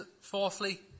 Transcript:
fourthly